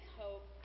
hope